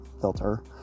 filter